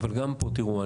תיראו,